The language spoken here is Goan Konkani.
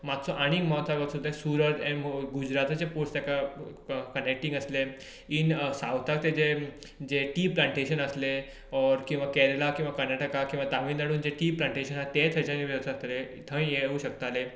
मातसो आनी नॉर्थाक वचून गुजरात आनी सुरताचे पोर्ट्स ताका कनेक्टींग आसले इन सावथाक ताजे जें टी प्लांटेशन आसलें ऑर किंवा केरला किंवा कर्नाटका किंवा तामिळ नाडूंत जें टी प्लांटेशन आसा तेंवूय थंयच्यान येवंक शकतालें थंय हे येवंक शकताले